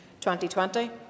2020